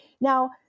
Now